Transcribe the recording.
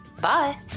Bye